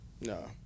No